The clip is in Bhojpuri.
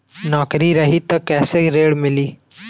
नौकरी रही त कैसे ऋण मिली?